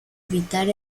evitar